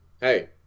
hey